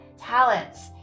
talents